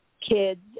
kids